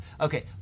Okay